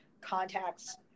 contacts